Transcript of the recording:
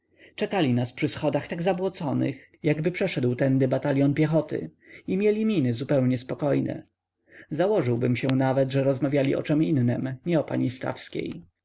czekali nas przy schodach tak zabłoconych jakgdyby przeszedł tędy batalion piechoty i mieli miny zupełnie spokojne założyłbym się nawet że rozmawiali o czem innem nie o pani